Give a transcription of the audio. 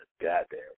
Goddamn